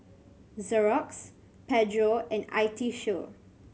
Xorex Pedro and I T Show